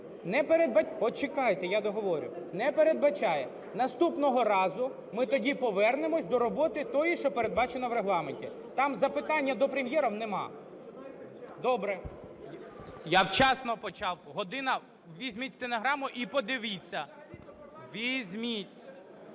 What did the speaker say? …не передбачає. Наступного разу ми тоді повернемося до роботи тої, що передбачено в Регламенті. Там запитання до Прем'єра немає. Добре. Я вчасно почав. "Година…" Візьміть стенограму і подивіться. Візьміть…